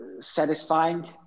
satisfying